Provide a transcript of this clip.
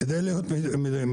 כדי להיות מדויק,